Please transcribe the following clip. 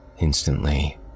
Instantly